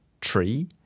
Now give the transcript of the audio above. tree